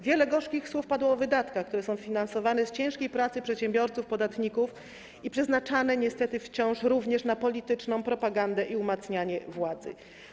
Wiele gorzkich słów padło o wydatkach, które są finansowane z ciężkiej pracy przedsiębiorców, podatników i przeznaczane niestety wciąż również na polityczną propagandę i umacnianie władzy.